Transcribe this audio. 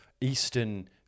Eastern